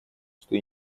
что